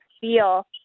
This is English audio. feel